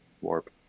warp